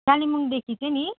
कालिम्पोङदेखि चाहिँ नि